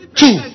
two